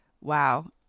wow